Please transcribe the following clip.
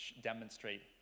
demonstrate